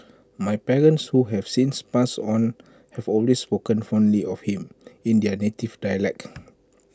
my parents who have since passed on have always spoken fondly of him in their native dialect